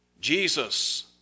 Jesus